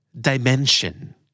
Dimension